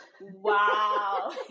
Wow